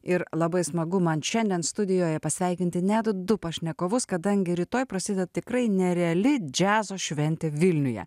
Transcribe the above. ir labai smagu man šiandien studijoje pasveikinti net du pašnekovus kadangi rytoj prasideda tikrai nereali džiazo šventė vilniuje